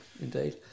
indeed